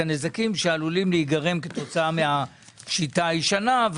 הנזקין שעלולים להיגרם כתוצאה מהשיטה הישנה,